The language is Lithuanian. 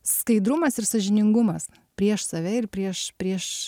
skaidrumas ir sąžiningumas prieš save ir prieš prieš